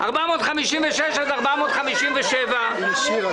פניות 456 עד 457, עמ' 55. אני שירה